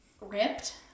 Ripped